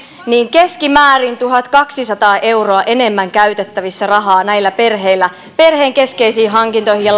keskimäärin tuhatkaksisataa euroa enemmän on käytettävissä rahaa näillä perheillä perheen keskeisiin hankintoihin ja